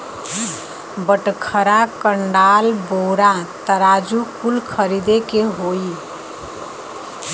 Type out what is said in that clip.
बटखरा, कंडाल, बोरा, तराजू कुल खरीदे के होई